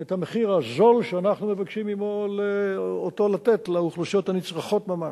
את המחיר הזול שאנחנו מבקשים אותו לתת לאוכלוסיות הנצרכות ממש.